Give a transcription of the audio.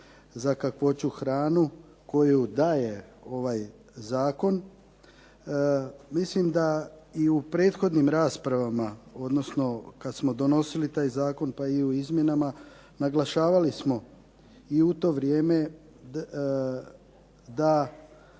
za kakvoću hrane koju daje ovaj zakon, mislim da i u prethodnim raspravama, odnosno kad smo donosili taj zakon pa i u izmjenama, naglašavali smo i u to vrijeme da